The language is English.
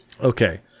Okay